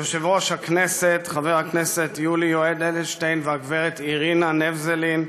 יושב-ראש הכנסת חבר הכנסת יולי יואל אדלשטיין והגברת אירינה נבזלין,